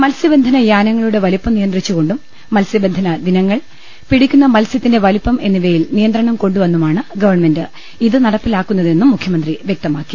മത്സ്യബന്ധ ന യാനങ്ങളുടെ വലുപ്പം നിയന്ത്രിച്ചുകൊണ്ടും മത്സ്യബന്ധന ദിനങ്ങൾ പിടിക്കുന്ന മത്സ്യത്തിന്റെ വലുപ്പം എന്നിവയിൽ നിയന്ത്രണം കൊണ്ടു വന്നുമാണ് ഗവൺമെന്റ് ഇത് നടപ്പിലാക്കുന്നതെന്നും മുഖൃമന്ത്രി വൃക്ത മാക്കി